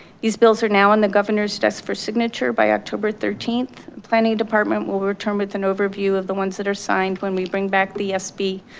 these bills are now on the governor's desk for signature by october thirteen, and planning department will return with an overview of the ones that are signed when we bring back the sb